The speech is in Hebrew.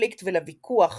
לקונפליקט ולוויכוח